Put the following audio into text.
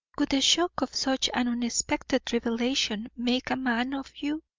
would the shock of such an unexpected revelation make a man of you?